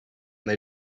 they